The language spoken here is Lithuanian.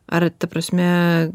ar ta prasme